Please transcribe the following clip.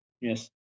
Yes